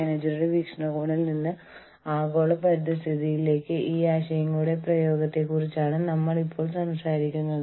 മൊത്തത്തിലുള്ള വീക്ഷണകോണിൽ നിന്ന് നമ്മൾ ഇതുവരെ മനുഷ്യവിഭവശേഷിയെക്കുറിച്ചാണ് സംസാരിച്ചിരുന്നത്